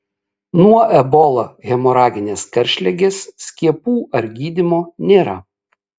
nuo ebola hemoraginės karštligės skiepų ar gydymo nėra